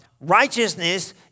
Righteousness